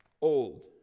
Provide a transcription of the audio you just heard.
old